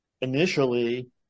initially